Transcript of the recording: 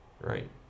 right